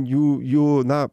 jų jų na